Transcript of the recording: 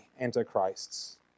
Antichrists